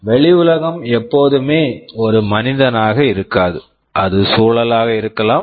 வெளி உலகம் எப்போதுமே ஒரு மனிதனாக இருக்காது அது சூழலாக இருக்கலாம்